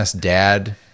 dad